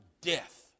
death